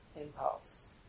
impulse